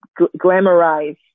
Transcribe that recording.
glamorize